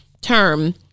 term